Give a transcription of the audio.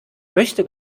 möchte